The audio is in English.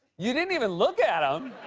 you didn't even look at um